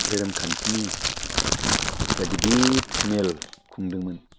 धोरोमखान्थिनि जा गिदिर मेल खुंदोंमोन